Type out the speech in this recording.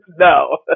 No